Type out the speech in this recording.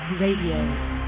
Radio